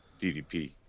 DDP